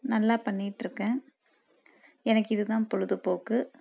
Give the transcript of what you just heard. நல்லா பண்ணிகிட்ருக்கேன் எனக்கு இது தான் பொழுதுபோக்கு